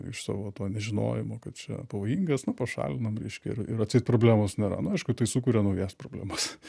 iš savo to nežinojimo kad čia pavojingas nu pašalinam reiškia ir ir atseit problemos nėra nu aišku tai sukuria naujas problemas